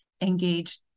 engage